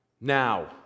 Now